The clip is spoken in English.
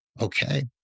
okay